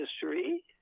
history